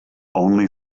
only